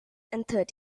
hundred